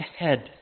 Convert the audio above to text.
ahead